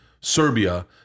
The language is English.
Serbia